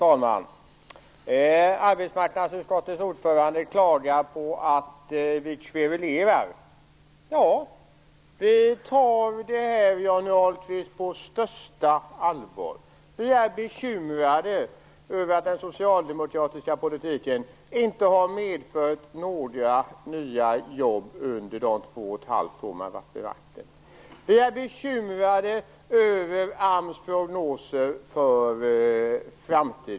Fru talman! Arbetsmarknadsutskottets ordförande klagar på att vi kverulerar. Ja, vi tar det här på största allvar, Johnny Ahlqvist. Vi är bekymrade över att den socialdemokratiska politiken inte har medfört några nya jobb under de två och ett halvt år man har varit vid makten. Vi är bekymrade över AMS prognoser för framtiden.